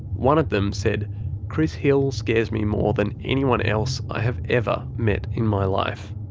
one of them said chris hill scares me more than anyone else i have ever met in my life.